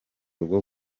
rwo